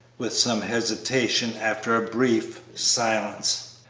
with some hesitation, after a brief silence.